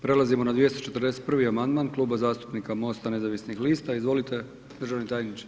Prelazimo na 241. amandman Kluba zastupnika Mosta nezavisnih lista, izvolite državni tajniče.